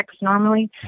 normally